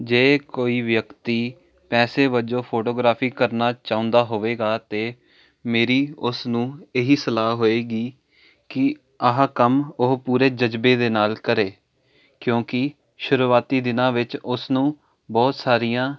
ਜੇ ਕੋਈ ਵਿਅਕਤੀ ਪੈਸੇ ਵਜੋਂ ਫੋਟੋਗ੍ਰਾਫੀ ਕਰਨਾ ਚਾਹੁੰਦਾ ਹੋਵੇਗਾ ਅਤੇ ਮੇਰੀ ਉਸ ਨੂੰ ਇਹੀ ਸਲਾਹ ਹੋਏਗੀ ਕਿ ਆਹ ਕੰਮ ਉਹ ਪੂਰੇ ਜਜ਼ਬੇ ਦੇ ਨਾਲ ਕਰੇ ਕਿਉਂਕਿ ਸ਼ੁਰੂਆਤੀ ਦਿਨਾਂ ਵਿੱਚ ਉਸਨੂੰ ਬਹੁਤ ਸਾਰੀਆਂ